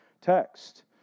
text